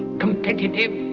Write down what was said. competitive.